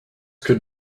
could